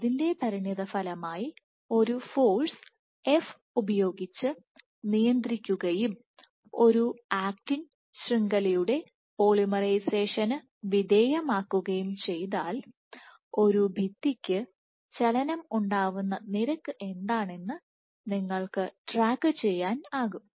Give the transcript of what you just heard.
അതിന്റെ പരിണിതഫലമായി ഒരു ഫോഴ്സ് f ഉപയോഗിച്ച് നിയന്ത്രിക്കുകയും ഒരു ആക്റ്റിൻ ശൃംഖലയുടെ പോളിമറൈസേഷന് വിധേയമാക്കുകയും ചെയ്താൽ ഒരു ഭിത്തിക്ക് ചലനം ഉണ്ടാവുന്ന നിരക്ക് എന്താണെന്ന് നിങ്ങൾക്ക് ട്രാക്കു ചെയ്യാനാകും